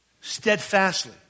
steadfastly